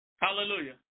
Hallelujah